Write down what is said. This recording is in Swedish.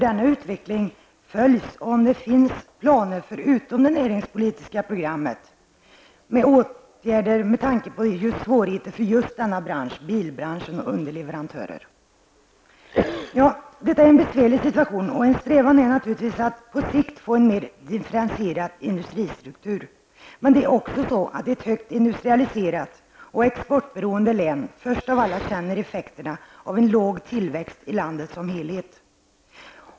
Detta är en besvärlig situation, och en strävan är naturligtvis att på sikt få en mer differentierad industristruktur. Men det är också så att ett högt industrialiserat och exportberoende län först av alla känner effekterna av en låg tillväxt i landet som helhet.